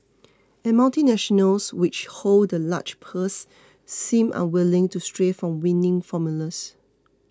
and multinationals which hold the large purses seem unwilling to stray from winning formulas